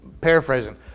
paraphrasing